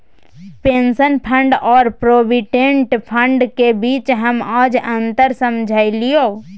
pension fund और provident fund के बीच हम आज अंतर समझलियै